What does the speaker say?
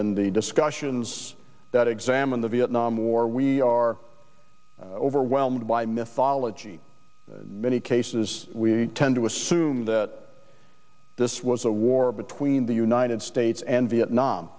in the discussions that examine the vietnam war we are overwhelmed by methodology many cases we tend to assume that this was a war between the united states and vietnam